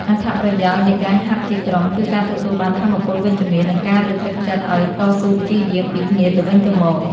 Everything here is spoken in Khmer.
អត្ថប្រយោជន៍នៃការហាត់ជាក្រុម គឺការទទួលបានថាមពលវិជ្ជមាន និងការលើកទឹកចិត្តឱ្យតស៊ូព្យាយាមពីគ្នាទៅវិញទៅមក។